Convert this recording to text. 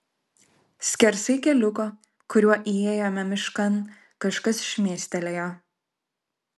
skersai keliuko kuriuo įėjome miškan kažkas šmėstelėjo